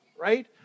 right